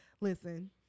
listen